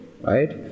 right